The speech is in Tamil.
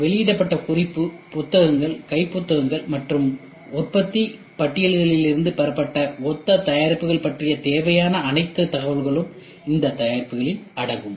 வெளியிடப்பட்ட குறிப்பு புத்தகங்கள் கை புத்தகங்கள் மற்றும் உற்பத்தி பட்டியல்களிலிருந்து பெறப்பட்ட ஒத்த தயாரிப்புகள் பற்றிய தேவையான அனைத்து தகவல்களும் இந்த இவைகளில்அடங்கும்